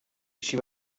així